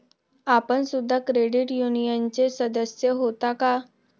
आपण सुद्धा क्रेडिट युनियनचे सदस्य होता का?